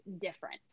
different